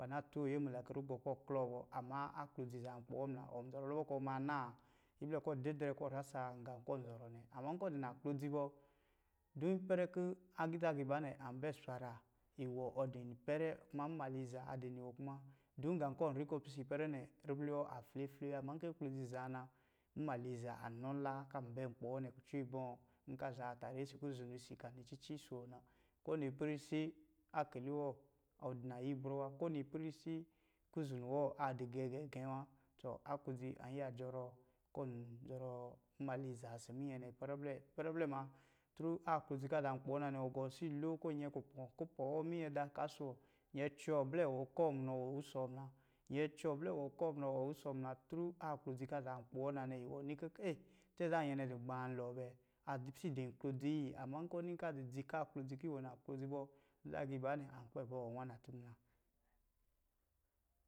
Kɔ̄ ana tóó yemula kɔ̄ rugɔ̄ kɔ̄ aklɔɔ bɔ ama aklodzi azaa nkpi wɔ muna ɔn zɔrɔ lubɔ̄ kɔ̄ ɔma naa? Iblɛ kɔ̄ ɔ didrɛ kɔ̄ ɔ rasa gá kɔ̄ ɔn zɔrɔ nɛ, amma ɔn kɔ̄ di naklodzi bɔ, dun ipɛrɛ kɔ̄ nzaagii ba nɛ am bɛ swaraa iwɔ ɔdɔ̄ impɛrɛ kuma nmaliza adɔ̄ niwɔ dun gá kɔ̄ ɔnri kɔ̄ ɔ pisɛ ipɛrɛ nɛ, ribli wɔ aflefle wa. Ama nkɔ̄ aklodzi zaa na mmaliza an nɔ nla kɔ̄ an bɛ nkpi wɔ nɛ kucɔ ibɔ̄? Nkɔ̄ a zaa tare ɔsɔ̄ kuzunsi kɔ̄ a ni cici ɔsɔ̄ wɔ nɔ kowini ipɛrɛ isi, kowini ipɛrɛ isi akeli wɔ ɔ dɔ̄ na yɛ ibrɔ, kowini ipɛrɛ isi kuzunu wɔ adɔ̄ gɛ́ gɛ́ gɛ́ wa. To, aklodzi an yiya jɔrɔɔ mnmaliza kɔ̄ ɔn za ɔsɔ̄ minyɛ nɛ. Ipɛrɛ blɛ-ipɛrɛ blɛ ma aklodzi kɔ̄ a zaa nkpi wɔna nɛ, ɔgɔ asi lo kɔ̄ ɔ nyɛ kupó, kupɔ̄ wɔm minyɛ da ɔka ɔsɔ̄ wɔ, nyɛ a cɔɔ blɛwɔ kɔɔ munɔ wɔɔ wusɔ munɔ aklodzi kɔ̄ azaa nkpi wɔ nanɛ wɔ ni kɔ̄ tɛ́ zá nyɛ a dɔ̄ gba alɔ bɛ, a dɔ̄ pisɛ idɔ̄ aklodzi? Ama nkɔ̄ ɔ ni kɔ̄ a dɔ̄ dzi nwa aklodzi kɔ̄ iwɔ dɔ̄ naklodiz bɔ nzaagiiba nɛ ankpɛ bɔɔ nnwana tɔ muna.